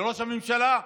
לראש הממשלה,